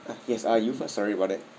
ah yes uh you first sorry about that